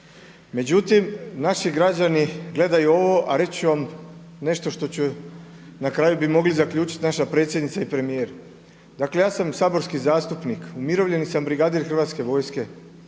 Međutim naši građani gledaju ovo a reći ću vam nešto što ću, na kraju bi mogli zaključiti naša predsjednica i premijer. Dakle ja sam saborski zastupnik, umirovljeni sam brigadir Hrvatske vojske